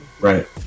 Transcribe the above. Right